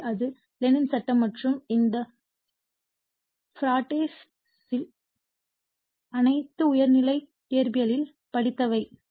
எனவே இது லென்ஸின் சட்டம் மற்றும் இந்த ஃபாரடேஸ் இவை அனைத்தும் உயர்நிலை இயற்பியலில் படித்தவை